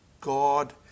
God